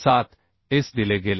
707S दिले गेले